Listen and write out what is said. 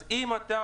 אז אם אתה,